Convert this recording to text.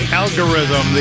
algorithm